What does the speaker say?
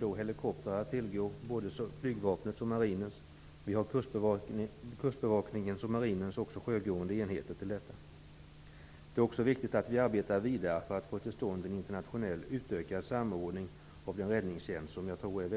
ju helikoptrar att tillgå, både flygvapnets och marinens. Kustbevakningens och marinens sjögående enheter kan också användas för detta ändamål. Det är viktigt att vi arbetar vidare internationellt för att få till stånd en utökad samordning av räddningstjänsten i Östersjön.